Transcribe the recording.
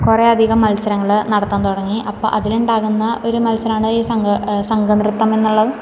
കുറെ അധികം മത്സരങ്ങള് നടത്താൻ തുടങ്ങി അപ്പം അതിനുണ്ടാകുന്ന ഒരു മത്സരാണ് ഈ സംഘ സംഘനൃത്തം എന്നുള്ളത്